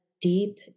deep